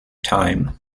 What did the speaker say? time